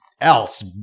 else